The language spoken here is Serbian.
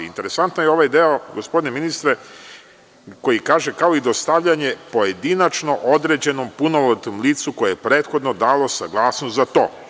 Interesantan je ovaj deo, gospodine ministre, koji kaže kao i dostavljanje pojedinačno određenom punoletnom licu koje je prethodno dalo saglasnost za to.